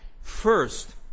First